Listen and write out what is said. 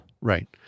Right